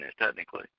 technically